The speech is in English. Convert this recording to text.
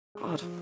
God